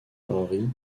henri